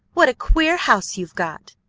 what a queer house you've got!